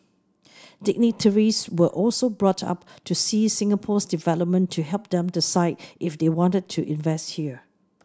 dignitaries were also brought up to see Singapore's development to help them decide if they wanted to invest here